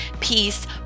peace